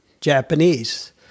Japanese